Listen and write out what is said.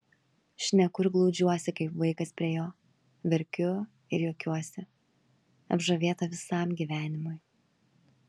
šneku ir glaudžiuosi kaip vaikas prie jo verkiu ir juokiuosi apžavėta visam gyvenimui